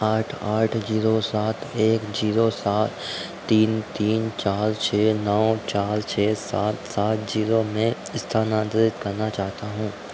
आठ आठ जीरो सात एक जीरो सात तीन तीन चार छः नौ चार छः सात सात जीरो में स्थानान्तरित करना चाहता हूँ